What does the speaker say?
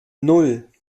nan